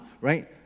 right